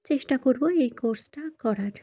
চেষ্টা করব এই কোর্সটা করার